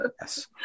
Yes